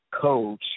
coach